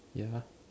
ya